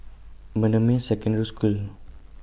Bendemeer Secondary School